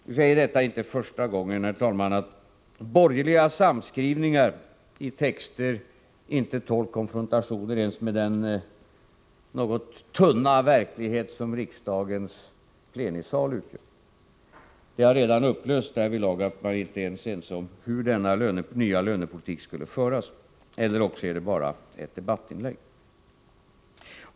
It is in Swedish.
Jag säger det inte för första gången, herr talman, att borgerliga samskrivningar i texter inte tål konfrontation ens med den något tunna verklighet som riksdagens plenisal utgör. Man är inte ens ense om hur denna nya lönepolitik skulle föras, eller också är det bara fråga om ett debattinlägg.